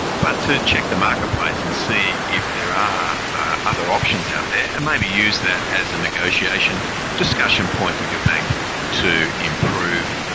but to check the marketplace and see if there are other options out there and maybe use that as a negotiation discussion point with your bank to improve